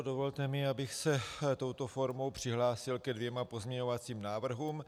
Dovolte mi, abych se touto formou přihlásil ke dvěma pozměňovacím návrhům.